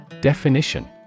Definition